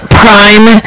prime